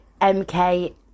MK